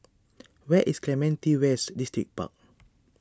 where is Clementi West Distripark